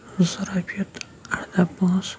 زٕ رۄپیہِ تہٕ اَرداہ پونٛسہٕ